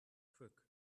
crook